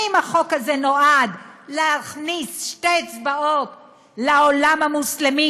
האם החוק הזה נועד להכניס שתי אצבעות לעיני העולם המוסלמי,